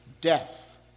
death